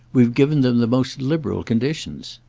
we've given them the most liberal conditions.